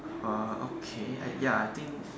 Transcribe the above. oh okay uh ya I think